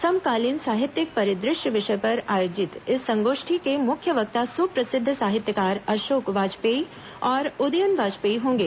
समकालीन साहित्यिक परिदृश्य विषय पर आयोजित इस संगोष्ठी के मुख्य वक्ता सुप्रसिद्ध साहित्यकार अशोक वाजपेयी और उदयन वाजपेयी होंगे